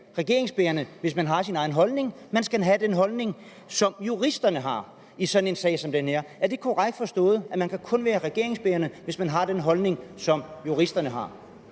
regeringsbærende, hvis man har sin egen holdning – man skal have den holdning, som juristerne har, i sådan en sag som den her. Er det korrekt forstået, at man kun kan være regeringsbærende, hvis man har den holdning, som juristerne har?